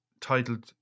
titled